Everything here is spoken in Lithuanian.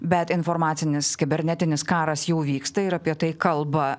bet informacinis kibernetinis karas jau vyksta ir apie tai kalba